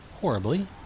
horribly